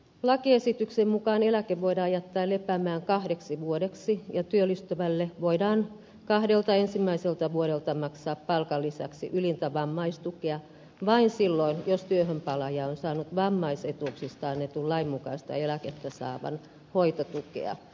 lakiesityksen mukaan eläke voidaan jättää lepäämään kahdeksi vuodeksi ja työllistyvälle voidaan kahdelta ensimmäiseltä vuodelta maksaa palkan lisäksi ylintä vammaistukea vain silloin jos työhönpalaaja on saanut vammaisetuuksista annetun lain mukaista eläkettä saavan hoitotukea